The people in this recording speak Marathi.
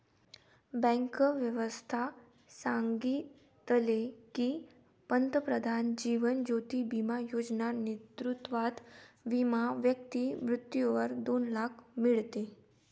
बँक व्यवस्था सांगितले की, पंतप्रधान जीवन ज्योती बिमा योजना नेतृत्वात विमा व्यक्ती मृत्यूवर दोन लाख मीडते